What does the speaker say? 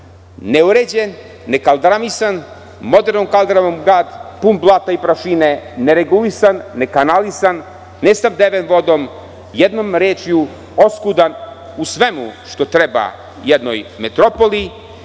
neuređen, nekaldramisan modernom kaldrmom, grad pun blata i prašine, neregulisan, nekanalisan, nesnabdeven vodom. Jednom rečju, oskudan u svemu što treba jednoj metropoli,